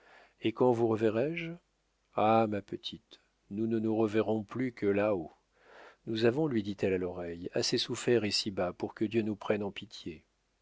et quand vous reverrai-je ah ma petite nous ne nous reverrons plus que là-haut nous avons lui dit-elle à l'oreille assez souffert ici-bas pour que dieu nous prenne en pitié